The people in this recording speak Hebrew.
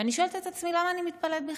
ואני שואלת את עצמי למה אני מתפלאת בכלל.